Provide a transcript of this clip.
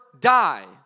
die